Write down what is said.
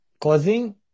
causing